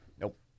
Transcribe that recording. Nope